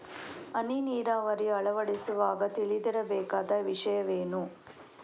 ಹನಿ ನೀರಾವರಿ ಅಳವಡಿಸುವಾಗ ತಿಳಿದಿರಬೇಕಾದ ವಿಷಯವೇನು?